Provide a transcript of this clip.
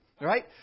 right